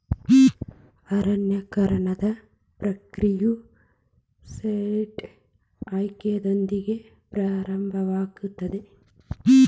ಅರಣ್ಯೇಕರಣದ ಪ್ರಕ್ರಿಯೆಯು ಸೈಟ್ ಆಯ್ಕೆಯೊಂದಿಗೆ ಪ್ರಾರಂಭವಾಗುತ್ತದೆ